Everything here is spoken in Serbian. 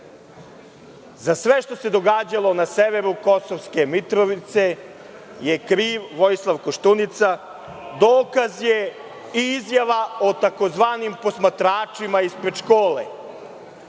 Za sve što se događalo na severu Kosovske Mitrovice je kriv Vojislav Koštunica. Dokaz i izjava o tzv. posmatračima ispred škole.